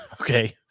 Okay